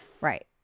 Right